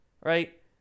right